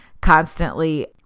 constantly